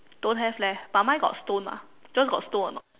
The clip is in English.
don't have leh but mine got stone ah yours got stone or not